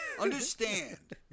Understand